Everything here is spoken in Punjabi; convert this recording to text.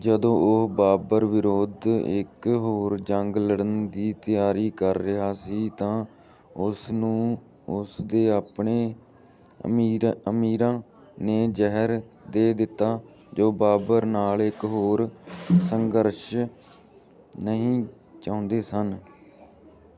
ਜਦੋਂ ਉਹ ਬਾਬਰ ਵਿਰੁੱਧ ਇੱਕ ਹੋਰ ਜੰਗ ਲੜਨ ਦੀ ਤਿਆਰੀ ਕਰ ਰਿਹਾ ਸੀ ਤਾਂ ਉਸ ਨੂੰ ਉਸ ਦੇ ਆਪਣੇ ਅਮੀਰਾਂ ਅਮੀਰਾਂ ਨੇ ਜਹਿਰ ਦੇ ਦਿੱਤਾ ਜੋ ਬਾਬਰ ਨਾਲ ਇੱਕ ਹੋਰ ਸੰਘਰਸ਼ ਨਹੀਂ ਚਾਹੁੰਦੇ ਸਨ